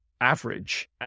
average